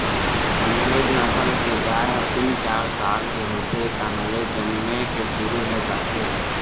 कांकरेज नसल के गाय ह तीन, चार साल के होथे तहाँले जनमे के शुरू हो जाथे